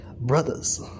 brothers